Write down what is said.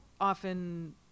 often